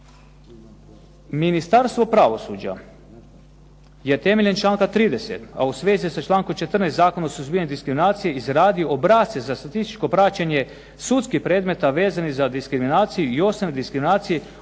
Ministarstvo pravosuđa je temeljem članka 30. a u svezi sa člankom 14. Zakona o suzbijanju diskriminacije izradi obrasce za statističko praćenje sudskih predmeta vezanih za diskriminaciju i ostale diskriminacije